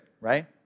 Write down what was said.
right